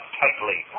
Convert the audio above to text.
tightly